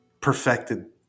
perfected